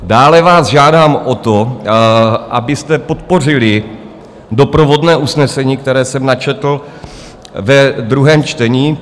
Dále vás žádám o to, abyste podpořili doprovodné usnesení, které jsem načetl ve druhém čtení.